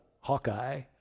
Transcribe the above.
Hawkeye